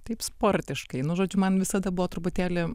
taip sportiškai nu žodžiu man visada buvo truputėlį